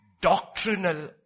doctrinal